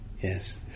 yes